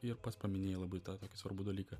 ir pats paminėjai labai tą tokį svarbų dalyką